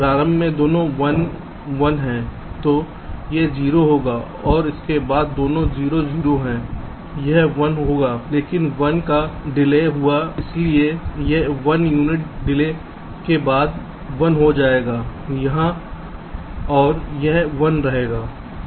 प्रारंभ में दोनों 1 1 हैं तो यह 0 होगा और उसके बाद दोनों 0 0 हैं यह 1 हो गया लेकिन 1 का विलम्ब हुआ इसलिए यह 1 यूनिट देरी के बाद 1 हो जाएगा यहाँ और यह 1 रहेगा